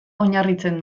oinarritzen